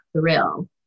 thrill